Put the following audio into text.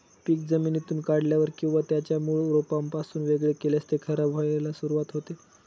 पीक जमिनीतून काढल्यावर किंवा त्याच्या मूळ रोपापासून वेगळे केल्यास ते खराब व्हायला सुरुवात होते